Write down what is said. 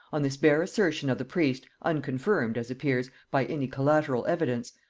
on this bare assertion of the priest, unconfirmed, as appears, by any collateral evidence,